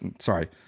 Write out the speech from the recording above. sorry